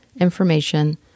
information